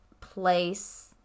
place